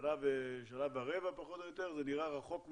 שנה ורבע פחות או יותר, זה נראה רחוק מאוד,